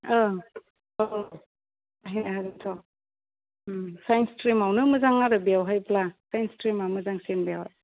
ओं औ बाहायनो हागोनथ' साइन्स स्ट्रिमावनो मोजां आरो बेवहायब्ला साइन्स स्ट्रिमा मोजांसिन बेवहाय